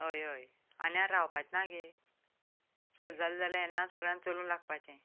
हय हय आनी आनी रावपाचें ना गे चल जालें जाल्यार येन्नाच सगळ्यांनी चलूंक लागपाचें